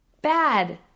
bad